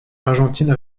argentine